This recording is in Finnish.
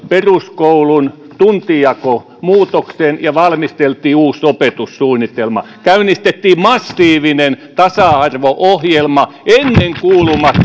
peruskoulun tuntijakomuutoksen ja valmisteltiin uusi opetussuunnitelma käynnistettiin massiivinen tasa arvo ohjelma ennenkuulumaton